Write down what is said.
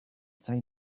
say